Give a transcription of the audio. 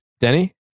Denny